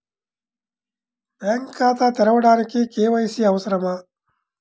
Bank ఖాతా తెరవడానికి KYC అవసరమా?